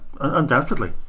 undoubtedly